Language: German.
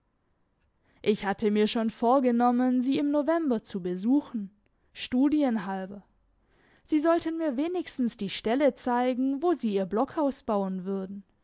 ich hatte mir schon vorgenommen sie im november zu besuchen studienhalber sie sollten mir wenigstens die stelle zeigen wo sie ihr blockhaus bauen würden